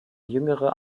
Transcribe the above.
jüngere